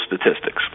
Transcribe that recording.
statistics